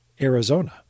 Arizona